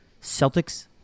Celtics